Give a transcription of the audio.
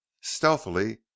stealthily